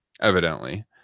evidently